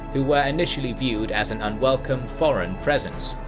who were initially viewed as an unwelcome, foreign presence.